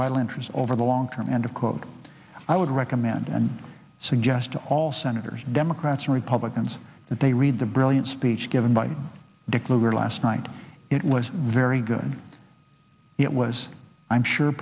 vital interests over the long term end of quote i would recommend and suggest to all senators democrats and republicans that they read the brilliant speech given by dick lugar last night it was very good it was i'm sure